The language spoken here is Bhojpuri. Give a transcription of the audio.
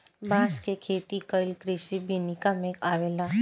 बांस के खेती कइल कृषि विनिका में अवेला